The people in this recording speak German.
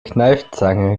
kneifzange